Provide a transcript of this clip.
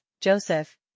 Joseph